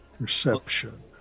Perception